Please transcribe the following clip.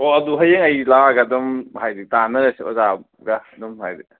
ꯑꯣ ꯑꯗꯨ ꯍꯌꯦꯡ ꯑꯩ ꯂꯥꯛꯑꯒ ꯑꯗꯨꯝ ꯍꯥꯏꯗꯤ ꯇꯥꯟꯅꯔꯁꯤ ꯑꯣꯖꯥꯒ ꯑꯗꯨꯝ ꯍꯥꯏꯗꯤ